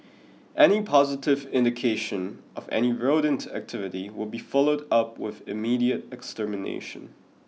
any positive indication of any rodent activity will be followed up with immediate extermination